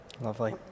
Lovely